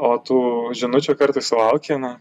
o tų žinučių kartais sulauki na